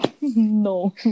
No